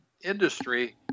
industry